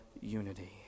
unity